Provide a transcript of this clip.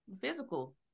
Physical